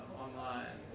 online